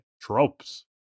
tropes